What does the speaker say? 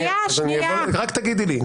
רק תגידי לי,